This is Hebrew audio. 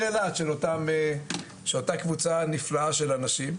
אילת של אותה קבוצה נפלאה של אנשים,